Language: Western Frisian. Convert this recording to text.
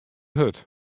hurd